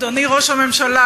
אדוני ראש הממשלה,